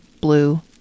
Blue